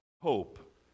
hope